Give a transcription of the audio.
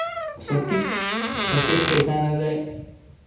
ᱥᱚᱴᱷᱤᱠ ᱥᱚᱴᱷᱤᱠ ᱴᱷᱤᱠᱟᱹᱱᱟ ᱨᱮ